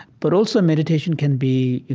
but also meditation can be, you